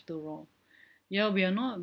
all ya we're not